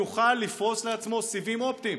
יוכל לפרוס לעצמו סיבים אופטיים.